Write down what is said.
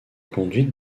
conduite